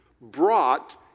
brought